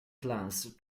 clans